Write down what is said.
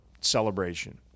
celebration